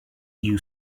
you